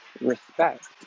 respect